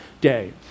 day